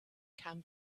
come